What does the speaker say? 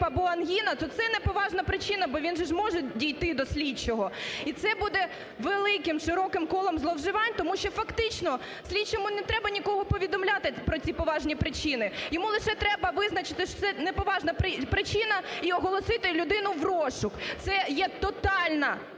або ангіна, то це не поважна причина, бо він же може дійти до слідчого. І це буде великим широким колом зловживань, тому що фактично слідчому не треба нікого повідомляти про ці поважні причини. Йому лише треба визначити, що це неповажна причина і оголосити людину в розшук. Це є тотальна,